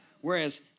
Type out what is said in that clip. whereas